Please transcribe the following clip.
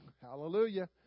Hallelujah